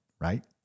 right